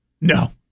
No